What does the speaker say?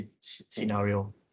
scenario